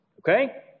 Okay